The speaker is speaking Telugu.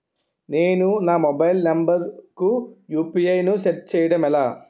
నేను నా మొబైల్ నంబర్ కుయు.పి.ఐ ను సెట్ చేయడం ఎలా?